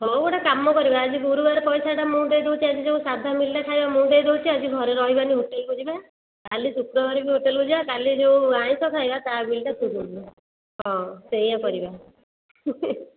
ହଉ ଗୋଟେ କାମ କରିବା ଆଜି ଗୁରୁବାର ପଇସାଟା ମୁଁ ଦେଇଦେଉଛି ଆଜି ଯେଉଁ ସାଧା ମିଲ୍ଟା ଖାଇବା ମୁଁ ଦେଇଦେଉଛି ଆଜି ଘରେ ରହିବାନି ହୋଟେଲ୍କୁ ଯିବା କାଲି ଶୁକ୍ରବାର ବି ହୋଟେଲ୍କୁ ଯିବା କାଲି ଯେଉଁ ଆମିଷ ଖାଇବା ତା' ବିଲ୍ଟା ତୁ ଦେବୁ ହଁ ସେଇୟା କରିବା